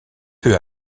peu